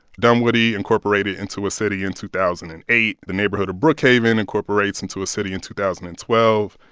dunwoody incorporated into a city in two thousand and eight. the neighborhood of brookhaven incorporates into a city in two thousand and twelve.